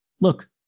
look